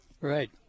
Right